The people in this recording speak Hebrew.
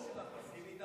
היושב-ראש שלך מסכים איתך?